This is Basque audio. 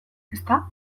ezta